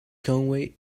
conway